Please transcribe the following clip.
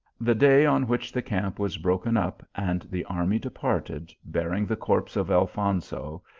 the day on which the camp was broken up, and the army departed, bearing the corpse of alfonso,